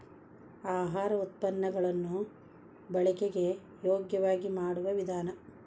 ಆಹಾರ ಉತ್ಪನ್ನ ಗಳನ್ನು ಬಳಕೆಗೆ ಯೋಗ್ಯವಾಗಿ ಮಾಡುವ ವಿಧಾನ